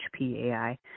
HPAI